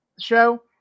show